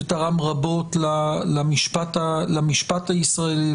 שתרם רבות למשפט הישראלי,